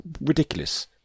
Ridiculous